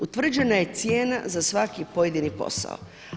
Utvrđena je cijena za svaki pojedini posao.